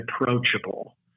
approachable